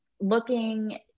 looking